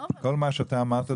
כל מה שאתה אמרת,